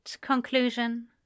conclusion